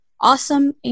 awesome